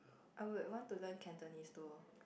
I would want to learn Cantonese though